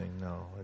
No